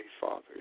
Father